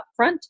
upfront